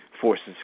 forces